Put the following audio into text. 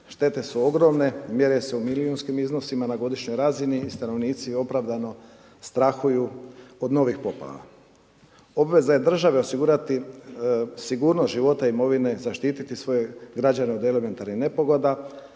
Štete su ogromne, mjere se u milijunskim iznosima na godišnjoj razini i stanovnici opravdano strahuju od novih poplava. Obveza je države osigurati sigurnost života imovine, zaštiti svoje građane od elementarnih nepogoda,